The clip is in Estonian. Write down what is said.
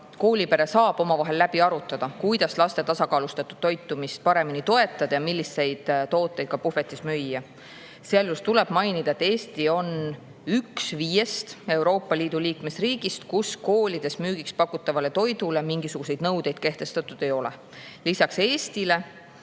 Koolipere saab omavahel läbi arutada, kuidas laste tasakaalustatud toitumist paremini toetada ja milliseid tooteid puhvetis müüa. Sealjuures tuleb mainida, et Eesti on üks [vähestest] Euroopa Liidu liikmesriikidest, kus koolides müügiks pakutavale toidule mingisuguseid nõudeid kehtestatud ei ole. Lisaks Eestile